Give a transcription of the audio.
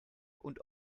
und